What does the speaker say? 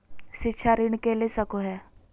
शिक्षा ऋण के ले सको है?